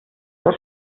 der